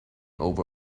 over